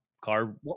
car